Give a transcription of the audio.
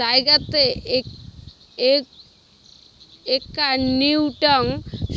জাগাতের একাউন্টিং